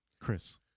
Chris